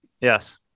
Yes